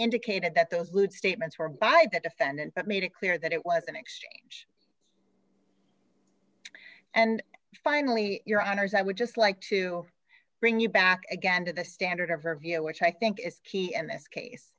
indicated that those lewd statements were by the defendant but made it clear that it was an exchange and finally your honour's i would just like to bring you back again to the standard of her view which i think is key and this case